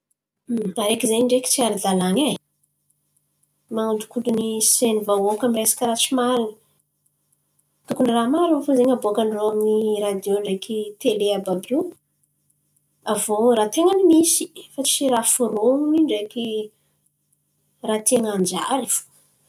Araiky zen̈y ndreky tsy ara-dalàn̈a e. Man̈odinkodin̈y sain'ny vahoaka amy resaka raha tsy marin̈y. Tokony raha marin̈y fo zen̈y aboakan-drô amin'ny radiô ndreky tele àby àby io. Aviô raha ten̈a ny misy fa tsy raha forôn̈iny ndreky raha tian̈a hanjary fo.